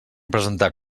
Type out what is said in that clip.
presentar